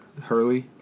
Hurley